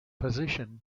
position